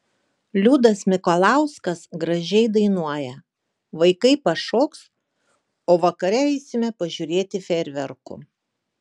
liudas mikalauskas gražiai dainuoja vaikai pašoks o vakare eisime pažiūrėti fejerverkų